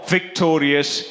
Victorious